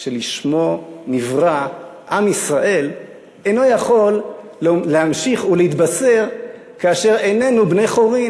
שלשמו נברא עם ישראל אינו יכול להמשיך להתבשר כאשר איננו בני-חורין,